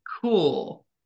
Cool